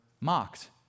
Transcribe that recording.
mocked